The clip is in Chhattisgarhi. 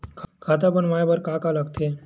खाता बनवाय बर का का लगथे?